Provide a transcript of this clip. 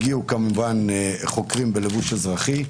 הגיעו חוקרים בלבוש אזרחי,